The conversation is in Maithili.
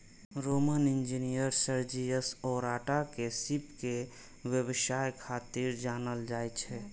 रोमन इंजीनियर सर्जियस ओराटा के सीप के व्यवसाय खातिर जानल जाइ छै